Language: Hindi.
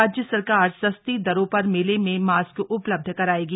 राज्य सरकार सस्ती दरों पर मेले में मास्क उपलब्ध कराएगी